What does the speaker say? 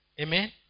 Amen